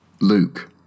Luke